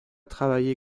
travaillé